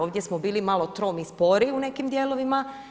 Ovdje smo bili malo tromi i sporiji u nekim dijelovima.